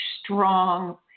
strong